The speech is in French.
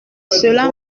cela